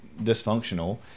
dysfunctional